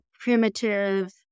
primitive